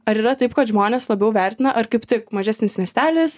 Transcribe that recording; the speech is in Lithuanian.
ar yra taip kad žmonės labiau vertina ar kaip tik mažesnis miestelis